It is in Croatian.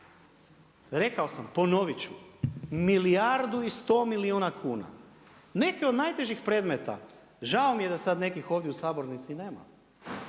Rekao sam, ponoviti ću. Milijardu i sto milijuna kuna. Neke od najtežih predmeta, žao mi je da sad nekih ovdje u sabornici nema,